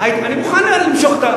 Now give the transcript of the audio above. אני מוכן למשוך,